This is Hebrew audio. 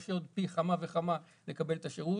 קשה יהיה עוד פי כמה וכמה לקבל את השירות,